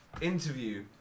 interview